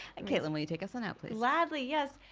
and caitlin, will you take us on out, please? gladly, yes.